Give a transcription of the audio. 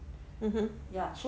mmhmm